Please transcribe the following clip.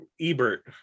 Ebert